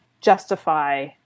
justify